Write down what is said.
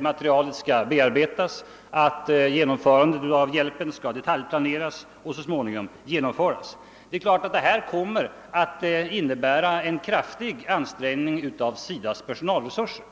material bearbetas, att genomförandet av hjälpen detaljplaneras och så småningom genomförs. Detta kommer självfallet, såsom utrikesministern själv påpekade, att innebära en kraftig ansträngning av SIDA:s personalresurser.